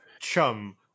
chum